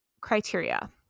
criteria